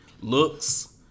Looks